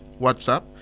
WhatsApp